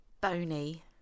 bony